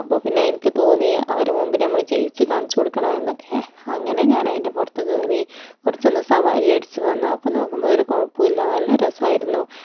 അപ്പോൾ പിന്നെ എനിക്ക് തോന്നി അവരുടെ മുമ്പിൽ നമ്മൾ ജയിച്ച് കാണിച്ച് കൊടുക്കണം എന്നൊക്കെ അങ്ങനെ ഞാനതിൻ്റെ പുറത്ത് കയറി കുറച്ചൊന്ന് സവാരി അടിച്ച് വന്നു അപ്പം നോക്കുമ്പോൾ ഒരു കുഴപ്പമില്ലാ നല്ല രസമായിരുന്നു